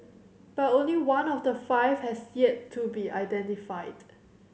but only one of the five has yet to be identified